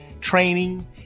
training